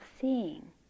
seeing